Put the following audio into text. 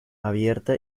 abierta